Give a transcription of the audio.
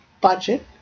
budget